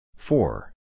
Four